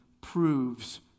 proves